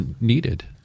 needed